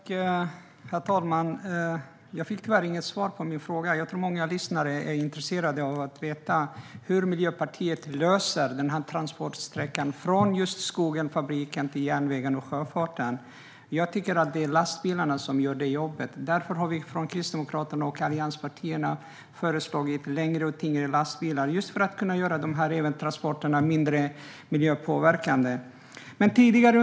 Herr talman! Jag fick tyvärr inget svar på min fråga. Jag tror att många som lyssnar är intresserade av att veta hur Miljöpartiet ska lösa transportsträckan från skogen och fabriken till järnvägen och sjöfarten. Jag tycker att lastbilarna ska göra det jobbet. Kristdemokraterna och allianspartierna har föreslagit längre och tyngre lastbilar, just för att kunna göra transporterna mindre miljöpåverkande.